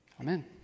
Amen